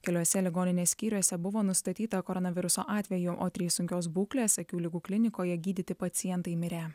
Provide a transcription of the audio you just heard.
keliuose ligoninės skyriuose buvo nustatyta koronaviruso atvejų o trys sunkios būklės akių ligų klinikoje gydyti pacientai mirė